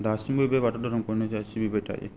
दासिमबो बे बाथौ धोरोमखौनो जोंहा सिबिबाय थायो